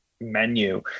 menu